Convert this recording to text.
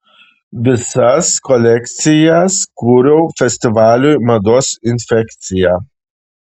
visas kolekcijas kūriau festivaliui mados infekcija